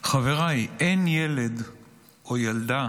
חבריי, אין ילד או ילדה